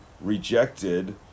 rejected